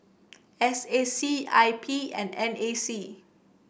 S A C I P and N A C